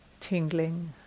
tingling